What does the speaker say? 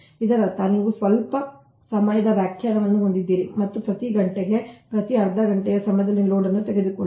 ಇದರರ್ಥ ನೀವು ಸ್ವಲ್ಪ ಸಮಯದ ವ್ಯಾಖ್ಯಾನವನ್ನು ಹೊಂದಿದ್ದೀರಿ ಮತ್ತು ಪ್ರತಿ ಘಂಟೆಗೆ ಮತ್ತು ಅರ್ಧ ಘಂಟೆಯ ಸಮಯದಲ್ಲಿ ಲೋಡ್ ಅನ್ನು ತೆಗೆದುಕೊಳ್ಳಿ